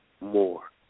more